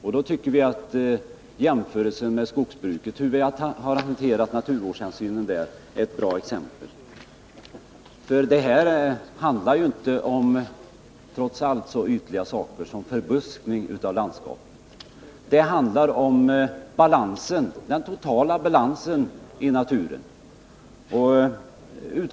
Och i det sammanhanget är jämförelsen med hur vi har hanterat naturvårdshänsynen inom skogsbruket intressant. Det handlar då inte om så ytliga saker som förbuskning av landskapet. Det handlar om den totala balansen i naturen.